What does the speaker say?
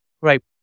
Right